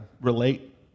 relate